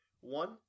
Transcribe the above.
one